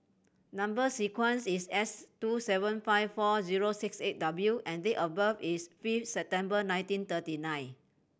number sequence is S two seven five four zero six eight W and date of birth is fifth September nineteen thirty nine